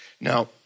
Now